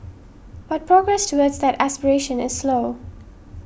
but progress towards that aspiration is slow